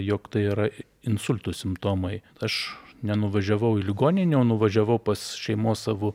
jog tai yra insulto simptomai aš nenuvažiavau į ligoninę o nuvažiavau pas šeimos savo